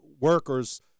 workers